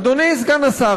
אדוני סגן השר,